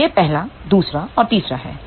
तो यह पहला दूसरा और तीसरा है